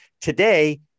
today